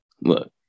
look